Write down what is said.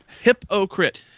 hypocrite